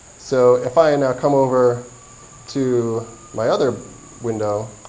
so if i now come over to my other window,